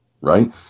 right